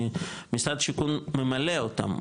משרד השיכון ממלא אותם,